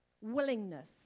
willingness